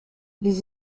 les